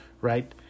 Right